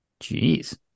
Jeez